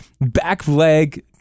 back-leg